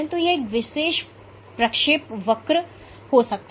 तो यह एक विशेष प्रक्षेपवक्र हो सकता है